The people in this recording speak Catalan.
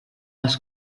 els